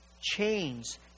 Chains